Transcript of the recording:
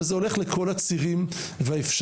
וזה הולך לכל הצירים והאפשרויות.